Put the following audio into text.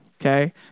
Okay